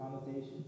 connotation